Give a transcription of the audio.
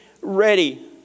ready